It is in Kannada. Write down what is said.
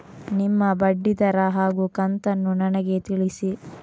ನಿಮ್ಮ ಬಡ್ಡಿದರ ಹಾಗೂ ಕಂತನ್ನು ನನಗೆ ತಿಳಿಸಿ?